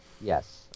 Yes